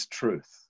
truth